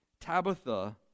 Tabitha